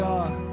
God